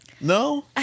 No